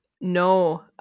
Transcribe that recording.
No